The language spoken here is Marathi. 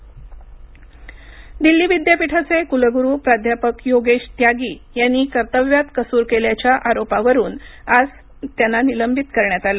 दिल्ली विद्यापीठ दिल्ली विद्यापीठाचे कुलगुरू प्राध्यापक योगेश त्यागी यांना कर्तव्यात कसूर केल्याच्या आरोपावरून आज निलंबित करण्यात आलं